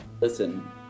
Listen